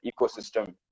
ecosystem